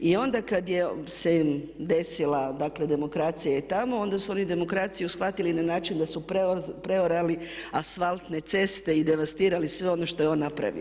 I onda kad se desila demokracija i tamo onda su oni demokraciju shvatili na način da su preorali asfaltne ceste i devastirali sve ono što je on napravio.